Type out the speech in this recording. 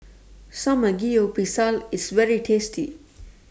Samgeyopsal IS very tasty